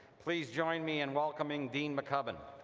please join me in welcoming dean mccubbin.